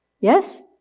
Yes